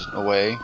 away